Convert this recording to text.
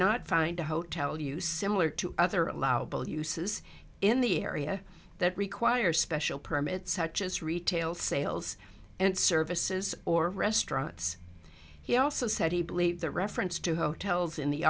not find a hotel use similar to other allowable uses in the area that require special permit such as retail sales and services or restaurants he also said he believed the reference to hotels in the